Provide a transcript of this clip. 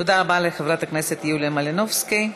תודה רבה לחברת הכנסת יוליה מלינובסקי.